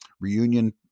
reunion